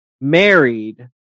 married